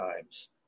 times